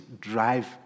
drive